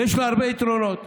ויש לה הרבה יתרונות,